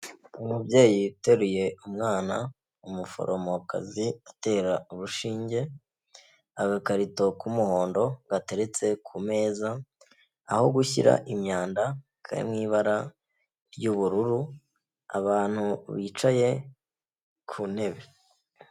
Umubyeyi uteruye umwana, umuforomokazi atera urushinge, agakarito k'umuhondo gateretse ku meza, aho gushyira imyanda kari mu ibara ry'ubururu, abantu bicaye ku ntebe.